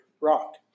rock